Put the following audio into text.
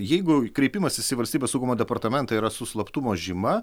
jeigu kreipimasis į valstybės saugumo departamentą yra su slaptumo žyma